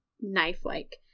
knife-like